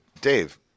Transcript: Dave